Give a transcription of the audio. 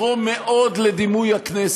אני חושב שזה יתרום מאוד לדימוי הכנסת.